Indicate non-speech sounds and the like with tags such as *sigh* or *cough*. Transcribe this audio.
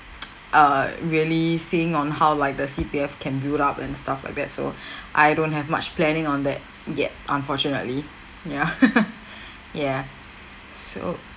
*noise* err really seeing on how like the C_P_F can build up and stuff like that so *breath* I don't have much planning on that yet unfortunately yeah *laughs* ya so